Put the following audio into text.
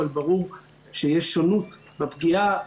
אבל ברור שיש שונות בפגיעה.